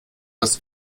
das